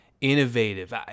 innovative